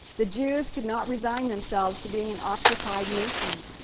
the jews could not resign themselves to being an occupied nation.